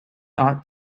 ought